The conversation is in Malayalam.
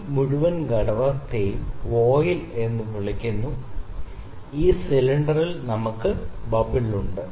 ഈ മുഴുവൻ ഘടകത്തെയും വോയിൽ എന്ന് വിളിക്കുന്നു ഈ സിലിണ്ടറിൽ നമുക്ക് ഈ ബബിൾ ഉണ്ട്